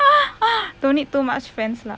don't need too much friends lah